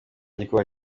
gikuba